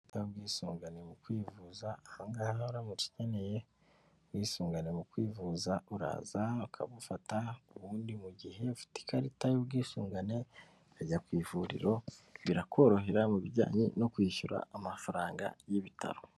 Ubwisungane mu kwivuza, ahangaha uramutse ukeneye ubwisungane mu kwivuza uraza ukabufata. Ubundi mu gihe ufite ikarita y'ubwisungane, ujya ku ivuriro; birakorohera mu bijyanye no kwishyura amafaranga y'ibitaro.